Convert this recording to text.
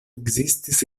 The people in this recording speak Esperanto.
ekzistis